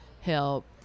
help